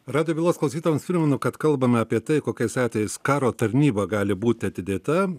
radijo bylos klausytojams primenu kad kalbam apie tai kokiais atvejais karo tarnyba gali būti atidėta